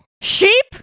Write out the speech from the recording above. Sheep